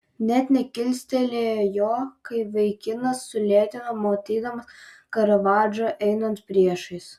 net nekilstelėjo jo kai vaikinas sulėtino matydamas karavadžą einant priešais